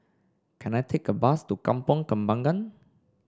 can I take a bus to Kampong Kembangan